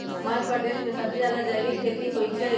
मध्यप्रदेश में सबसे जादा जैविक खेती होई छई